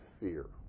fear